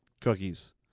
Cookies